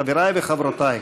חברי וחברותי,